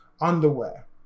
underwear